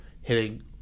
hitting